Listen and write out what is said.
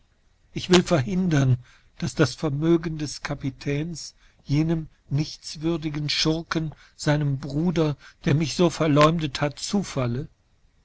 ich will verhindern daß das vermögen des kapitäns jenem nichtswürdigen schurken seinembruder dermichsoverleumdethat zufalle